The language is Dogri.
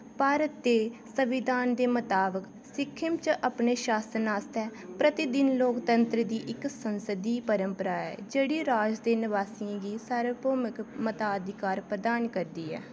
भारत दे संविधान दे मताबक सिक्किम च अपने शासन आस्तै प्रतिदिन लोकतंत्र दी इक संसदी परपंरा ऐ जेह्ड़ी राज दे नवासियें गी सार्वभूमक मताधिकार प्रदान करदी ऐ